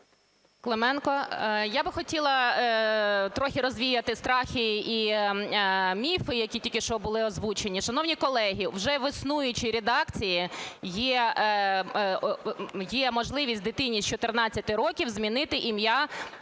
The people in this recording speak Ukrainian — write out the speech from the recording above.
Я би хотіла трохи розвіяти страхи і міфи, які тільки що були озвучені. Шановні колеги, вже в існуючій редакції є можливість дитині з 14 років змінити ім'я